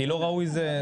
כי לא ראוי זה.